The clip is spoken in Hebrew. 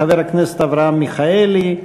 חבר הכנסת אברהם מיכאלי.